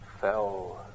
fell